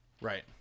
Right